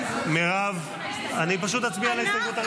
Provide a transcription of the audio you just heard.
מירב, אני פשוט אצביע על ההסתייגות הראשונה.